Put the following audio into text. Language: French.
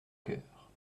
coeur